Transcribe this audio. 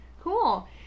Cool